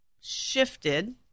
shifted